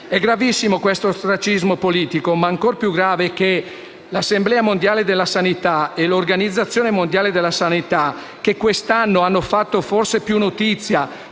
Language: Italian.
È gravissimo questo ostracismo politico, ma ancor più grave che l'Assemblea mondiale della sanità e l'Organizzazione mondiale della sanità (che quest'anno hanno fatto forse più notizia